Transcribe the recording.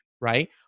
right